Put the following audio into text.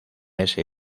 ese